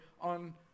on